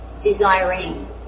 desiring